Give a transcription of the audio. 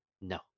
No